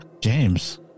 James